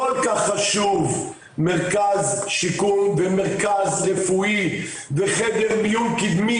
כל כך חשוב מרכז שיקום ומרכז רפואי וחדר מיון קידמי,